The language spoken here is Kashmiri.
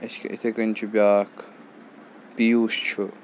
اَسہِ کہِ اِتھَے کٔنۍ چھُ بیاکھ پِیوٗش چھُ